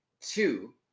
two